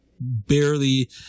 barely